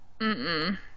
mm-mm